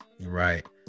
right